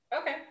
Okay